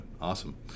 Awesome